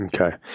Okay